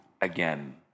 again